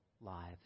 lives